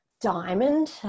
diamond